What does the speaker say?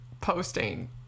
posting